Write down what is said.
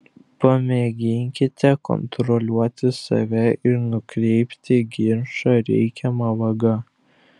pamėginkite kontroliuoti save ir nukreipti ginčą reikiama vaga